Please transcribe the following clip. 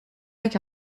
lac